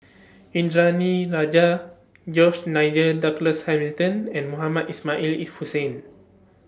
Indranee Rajah George Nigel Douglas Hamilton and Mohamed Ismail Hussain